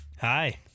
Hi